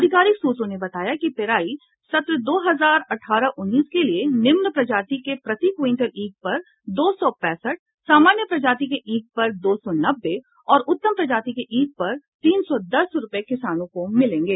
अधिकारिक सूत्रों ने बताया कि पेराई सत्र दो हजार अठारह उन्नीस के लिए निम्न प्रजाति के प्रति क्यिंटल ईंख पर दो सौ पैंसठ सामान्य प्रजाति के ईंख पर दो सौ नब्बे और उत्तम प्रजाति के ईंख पर तीन सौ दस रूपये किसानों को मिलेंगे